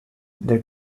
their